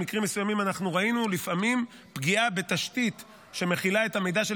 במקרים מסוימים אנחנו ראינו לפעמים שפגיעה בתשתית שמכילה את המידע של